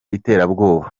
iterabwoba